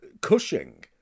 Cushing